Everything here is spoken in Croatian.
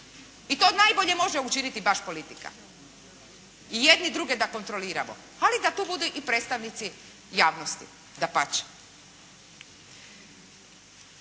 i to najbolje može učiniti baš politika i jedni druge da kontroliramo ali da tu budu i predstavnici javnosti dapače.